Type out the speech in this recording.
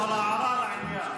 אבל הערה לעניין.